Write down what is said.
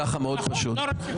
נכון, לא רוצה.